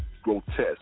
grotesque